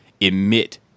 emit